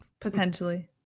Potentially